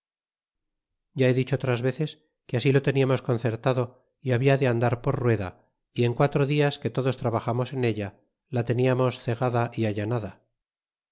ya he dicho otras veces que así lo teníamos concertado y habia de andar por rueda y en quatro días que todos trabajamos en ella la tenianaos cegada y allanada